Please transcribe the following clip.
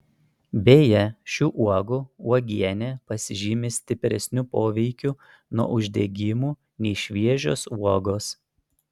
beje šių uogų uogienė pasižymi stipresniu poveikiu nuo uždegimų nei šviežios uogos